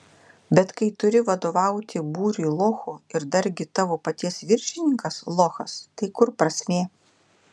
bet kai turi vadovauti būriui lochų ir dargi tavo paties viršininkas lochas tai kur prasmė